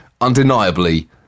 undeniably